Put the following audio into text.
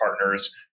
partners